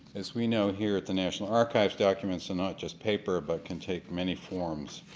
as we know here at the national archives, documents are not just paper but can take many forms.